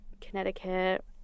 Connecticut